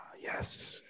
yes